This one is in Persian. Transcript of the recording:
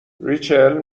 ریچل